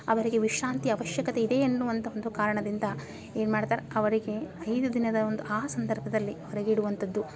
ಅವರಿಗೆ ವಿಶ್ರಾಂತಿ ಅವಶ್ಯಕತೆ ಇದೆ ಎನ್ನುವಂಥ ಒಂದು ಕಾರಣದಿಂದ ಏನು ಮಾಡ್ತಾರ್ ಅವರಿಗೆ ಐದು ದಿನದ ಒಂದು ಆ ಸಂದರ್ಭದಲ್ಲಿ ಹೊರಗಿಡುವಂಥದ್ದು